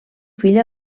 fill